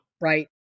Right